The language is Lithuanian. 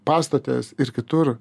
pastotės ir kitur